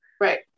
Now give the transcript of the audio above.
right